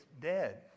dead